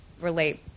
Relate